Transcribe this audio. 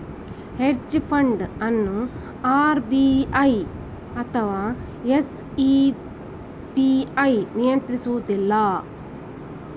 hedge fund ಅನ್ನು RBI ಅಥವಾ SEBI ನಿಯಂತ್ರಿಸುವುದಿಲ್ಲ